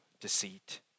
deceit